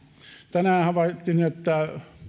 tänään havaittiin että